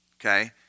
Okay